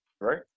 Right